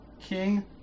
king